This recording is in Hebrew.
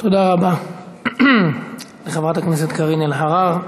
תודה רבה לחברת הכנסת קארין אלהרר.